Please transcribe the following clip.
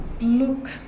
Look